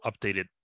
updated